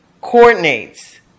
coordinates